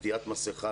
עטיית מסיכה,